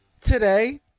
today